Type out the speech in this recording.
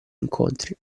incontri